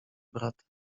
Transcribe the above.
bratem